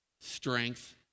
strength